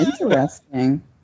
interesting